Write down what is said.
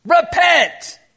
Repent